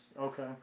Okay